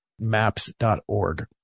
maps.org